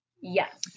Yes